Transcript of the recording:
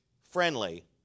friendly